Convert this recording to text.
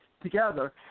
Together